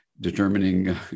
determining